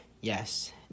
yes